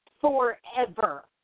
forever